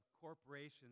corporations